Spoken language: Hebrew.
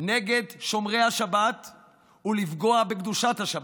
נגד שומרי השבת ולפגוע בקדושת השבת.